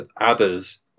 adders